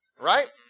right